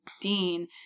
Dean